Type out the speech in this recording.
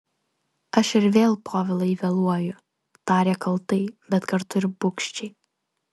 aš ir vėl povilai vėluoju tarė kaltai bet kartu ir bugščiai